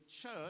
church